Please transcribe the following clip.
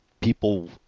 people